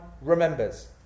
remembers